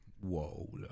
whoa